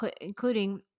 including